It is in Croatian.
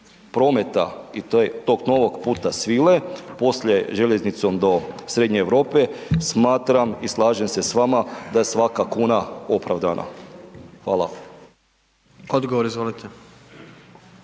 prometa i tog novog Puta svile, poslije željeznicom do srednje Europe, smatram i slažem se s vama, da svaka kuna opravdana. Hvala. **Jandroković,